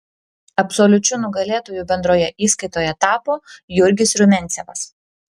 absoliučiu nugalėtoju bendroje įskaitoje tapo jurgis rumiancevas